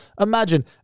imagine